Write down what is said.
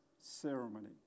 ceremony